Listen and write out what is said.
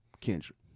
Kendrick